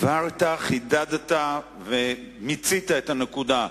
הבהרת, חידדת ומיצית את הנקודה.